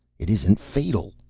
it isn't fatal,